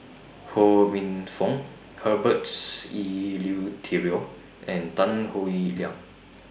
Ho Minfong Herberts Eleuterio and Tan Howe Liang